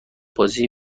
بازی